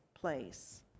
place